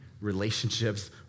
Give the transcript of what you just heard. relationships